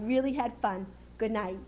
really had fun good night